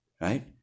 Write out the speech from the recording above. Right